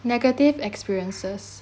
negative experiences